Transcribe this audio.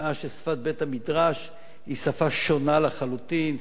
בשעה ששפת בית-המדרש היא שפה שונה לחלוטין,